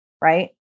Right